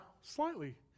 slightly